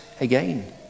again